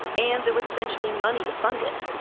and there was eventually money to fund it.